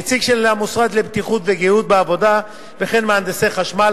נציג של המוסד לבטיחות ולגהות בעבודה וכן מהנדסי חשמל,